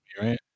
right